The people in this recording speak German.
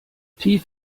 tief